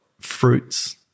fruits